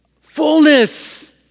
Fullness